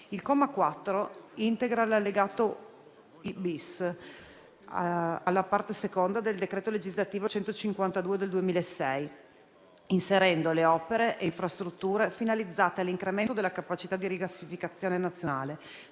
Il comma 4 integra l'allegato I-*bis* alla parte seconda del decreto legislativo n. 152 del 2006, inserendo le opere e le infrastrutture finalizzate all'incremento della capacità di rigassificazione nazionale